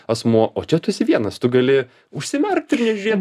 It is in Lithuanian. asmuo o čia tu esi vienas tu gali užsimerkt ir nežiūrėt